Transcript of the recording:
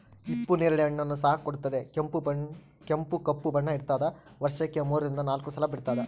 ಹಿಪ್ಪು ನೇರಳೆ ಹಣ್ಣನ್ನು ಸಹ ಕೊಡುತ್ತದೆ ಕೆಂಪು ಕಪ್ಪು ಬಣ್ಣ ಇರ್ತಾದ ವರ್ಷಕ್ಕೆ ಮೂರರಿಂದ ನಾಲ್ಕು ಸಲ ಬಿಡ್ತಾದ